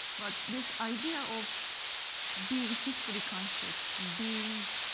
but this idea of being history conscious, being